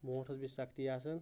بونٹھ ٲس بیٚیہِ سختی آسان